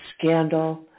scandal